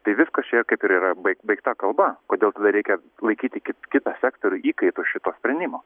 tai viskas čia kaip ir yra bai baigta kalba kodėl tada reikia laikyti kit kitą sektorių įkaitu šito sprendimo